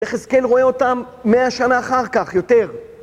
יחזקאל רואה אותם מאה שנה אחר כך, יותר.